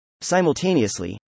Simultaneously